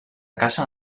cacen